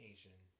Asian